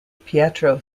pietro